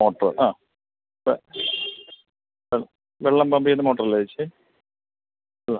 motor ആ വെളളം അത് വെള്ളം പമ്പ് ചെയ്യുന്ന മോട്ടറല്ലേ ഏച്ചി